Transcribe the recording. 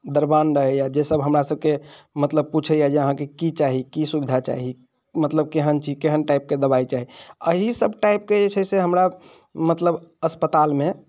दरबान रहैए जे सभ हमरा सभके मतलब पुछैए जे अहाँके की चाही की सुविधा चाही मतलब केहन छी केहन टाइपके दबाइ चाही अही सभ टाइपके जे छै से हमरा मतलब अस्पतालमे